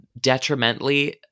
detrimentally